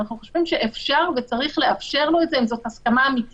אנחנו חושבים שאפשר וצריך לאפשר לו את זה אם זו הסכמה אמיתית.